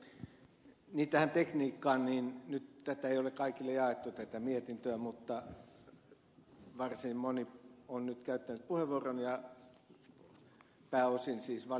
niin tähän tekniikkaan nyt ei ole kaikille jaettu tätä mietintöä mutta varsin moni on nyt käyttänyt puheenvuoron ja pääosin siis valiokunnan jäsenet